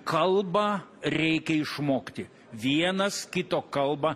kalbą reikia išmokti vienas kito kalbą